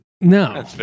No